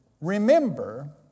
remember